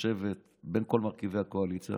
לשבת בין כל מרכיבי הקואליציה